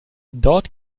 dort